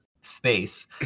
space